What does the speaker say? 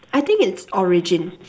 I think it's origin